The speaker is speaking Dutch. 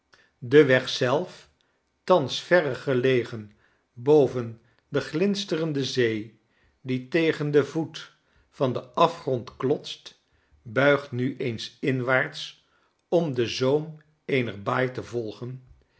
de weg zelf thans verre gelegen boven de glinsterende zee die tegen den voet van den afgrond klotst buigt nu eens inwaarts om den zoom eener baai te volgen